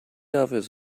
office